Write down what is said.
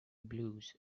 blues